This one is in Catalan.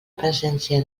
presència